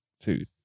food